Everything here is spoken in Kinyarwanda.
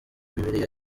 bibiliya